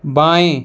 बाएँ